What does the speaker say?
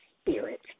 spirit